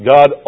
God